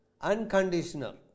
unconditional